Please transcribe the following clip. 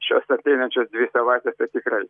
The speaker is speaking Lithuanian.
šios ateinančios dvi savaitės tai tikrai